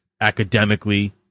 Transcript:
academically